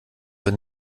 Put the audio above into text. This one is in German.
wird